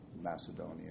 Macedonia